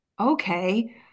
okay